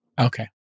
Okay